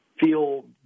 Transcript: feel